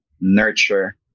nurture